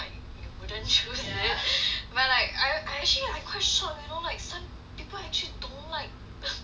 wouldn't choose it but like I I actually I quite shocked you know like some people actually don't like peanut butter